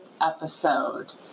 episode